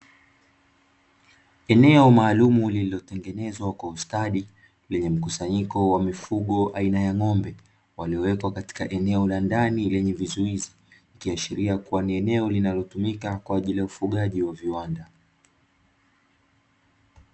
Eneo maalumu lililotengenezwa kwa ustadi lenye mkusanyiko wa mifugo aina ya ng'ombe, waliowekwa katika eneo la ndani lenye vizuizi ikiashiria kuwa ni eneo linalotumika kwa ajili ya ufugaji wa viwanda.